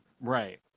Right